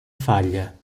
falha